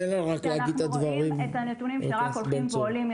אני אגיד לך שאנחנו רואים את הנתונים שרק הולכים ועולים,